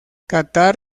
catar